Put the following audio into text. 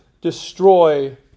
destroy